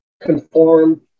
conform